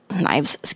knives